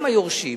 הם היורשים,